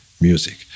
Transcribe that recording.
music